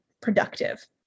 productive